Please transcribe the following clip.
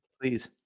please